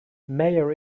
meyer